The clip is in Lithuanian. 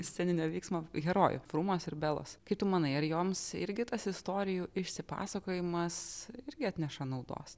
sceninio vyksmo herojų frumos ir belos kaip tu manai ar joms irgi tas istorijų išsipasakojimas irgi atneša naudos